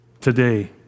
today